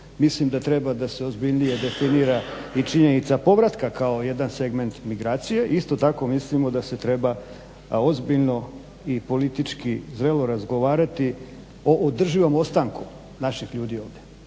mislim da treba da se ozbiljnije definira i činjenica povratka kao jedan segment migracije. Isto tako mislimo da se treba ozbiljno i politički zrelo razgovarati o održivom ostanku naših ljudi ovdje.